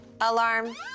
Alarm